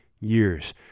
years